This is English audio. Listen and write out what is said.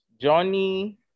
Johnny